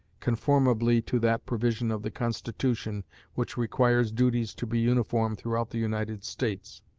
conformably to that provision of the constitution which requires duties to be uniform throughout the united states